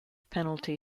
penalty